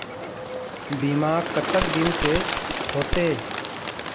बीमा कतक दिन के होते?